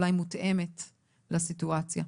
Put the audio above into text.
אולי מותאמת לסיטואציה.